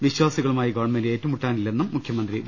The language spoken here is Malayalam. വിശ്വാസികളുമായി ഗവൺമെന്റ് ഏറ്റുമുട്ടാനില്ലെന്ന് മുഖ്യമന്ത്രി പറഞ്ഞു